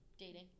dating